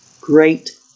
great